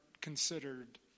considered